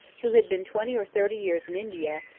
who had been twenty or thirty years in india,